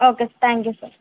okay thank you sir